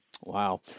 Wow